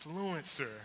influencer